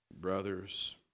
brothers